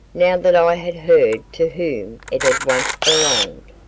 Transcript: now that i had heard to whom it had once belonged.